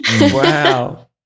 Wow